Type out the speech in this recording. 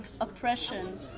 oppression